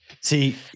See